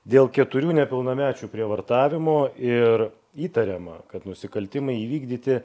dėl keturių nepilnamečių prievartavimo ir įtariama kad nusikaltimai įvykdyti